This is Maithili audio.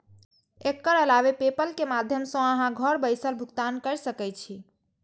एकर अलावे पेपल के माध्यम सं अहां घर बैसल भुगतान कैर सकै छी